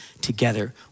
together